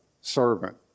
servant